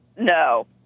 No